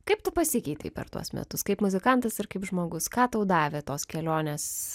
kaip tu pasikeitei per tuos metus kaip muzikantas ir kaip žmogus ką tau davė tos kelionės